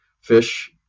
fish